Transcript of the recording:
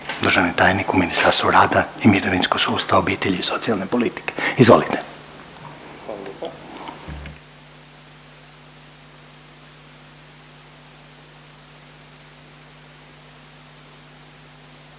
državni tajnik u Ministarstvu rada, mirovinskog sustava, obitelji i socijalne politike, izvolite. **Vidiš, Ivan**